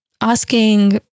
asking